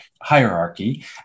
hierarchy